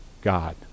god